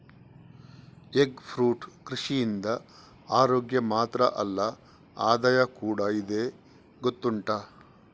egg fruit ಕೃಷಿಯಿಂದ ಅರೋಗ್ಯ ಮಾತ್ರ ಅಲ್ಲ ಆದಾಯ ಕೂಡಾ ಇದೆ ಗೊತ್ತುಂಟಾ